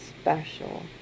special